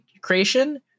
creation